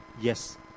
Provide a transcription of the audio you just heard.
yes